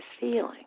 feeling